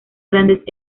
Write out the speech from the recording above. grandes